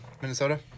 Minnesota